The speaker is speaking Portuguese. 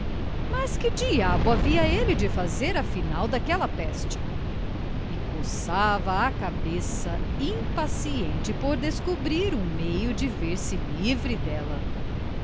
mas que diabo havia ele de fazer afinal daquela peste e coçava a cabeça impaciente por descobrir um meio de ver-se livre dela